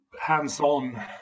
hands-on